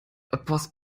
etwas